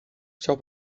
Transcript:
chciał